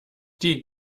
die